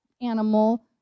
animal